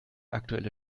aktuelle